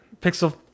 Pixel